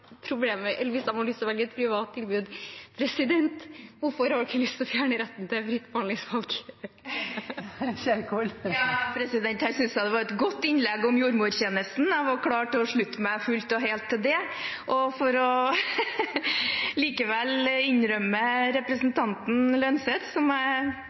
lyst til å fjerne retten til fritt behandlingsvalg? Jeg syntes det var et godt innlegg om jordmortjenesten, og jeg var klar til å slutte meg fullt og helt til det! For likevel å innrømme representanten Lønseth – som jeg er